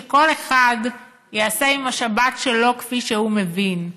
שכל אחד יעשה עם השבת שלו כפי שהוא מבין.